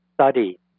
study